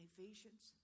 Ephesians